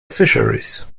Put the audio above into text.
fisheries